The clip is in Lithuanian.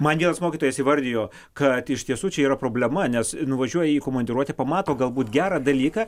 man vienas mokytojas įvardijo kad iš tiesų čia yra problema nes nuvažiuoji į komandiruotę pamato galbūt gerą dalyką